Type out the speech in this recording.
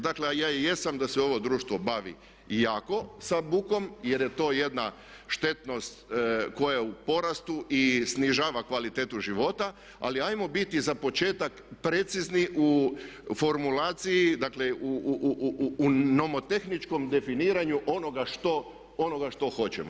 Dakle, ja jesam da se ovo društvo bavi i jako sa bukom jer je to jedna štetnost koja je u porastu i snižava kvalitetu života ali ajmo biti za početak precizni u formulaciji, dakle u nomotehničkom definiranju onoga što hoćemo.